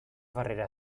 barreras